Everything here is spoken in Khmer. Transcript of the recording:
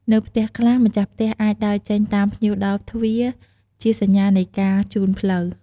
នៅផ្ទះខ្លះ ម្ចាស់ផ្ទះអាចដើរចេញតាមភ្ញៀវដល់ទ្វារ ជាសញ្ញានៃការជូនផ្លូវ។